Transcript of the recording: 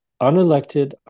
unelected